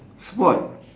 sport